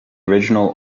original